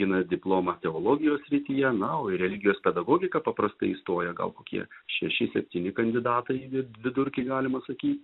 gina diplomą teologijos srityje na o į religijos pedagogiką paprastai įstoja gal kokie šeši septyni kandidatai vidurkį galima sakyt